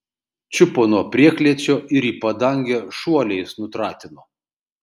čiupo nuo prieklėčio ir į padangę šuoliais nutratino